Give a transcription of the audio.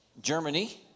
Germany